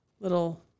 Little